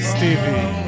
Stevie